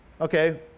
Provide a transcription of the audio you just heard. Okay